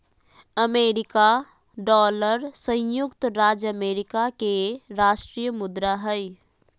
America dollar संयुक्त राज्य America के राष्ट्रीय मुद्रा हइ